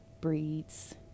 breeds